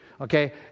Okay